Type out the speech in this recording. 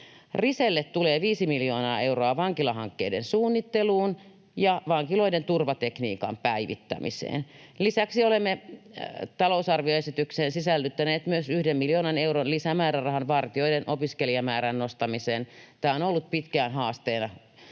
Riselle tulee viisi miljoonaa euroa vankilahankkeiden suunnitteluun ja vankiloiden turvatekniikan päivittämiseen. Lisäksi olemme sisällyttäneet talousarvioesitykseen myös yhden miljoonan euron lisämäärärahan vartijoiden opiskelijamäärän nostamiseen. Haasteena on ollut pitkään vartijoiden